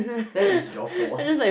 that is your fault